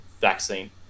vaccine